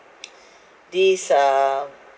this um